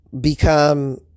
become